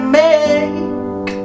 make